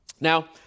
Now